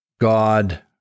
god